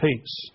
peace